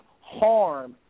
harm